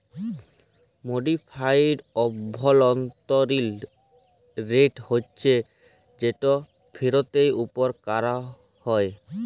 modified অভ্যলতরিল rate হছে যেট ফিরতের উপর ক্যরা হ্যয়